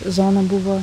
zona buvo